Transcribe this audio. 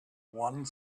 one